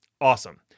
Awesome